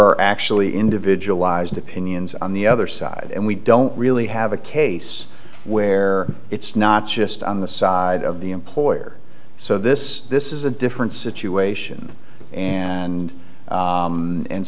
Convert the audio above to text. are actually individualized opinions on the other side and we don't really have a case where it's not just on the side of the employer so this this is a different situation and